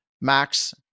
Max